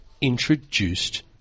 introduced